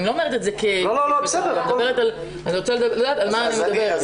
אני לא אומרת את זה כ- -- אני רוצה לדעת על מה אני מדברת.